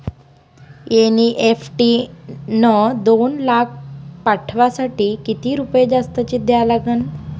NEFT न दोन लाख पाठवासाठी किती रुपये जास्तचे द्या लागन?